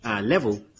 level